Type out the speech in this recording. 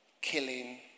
killing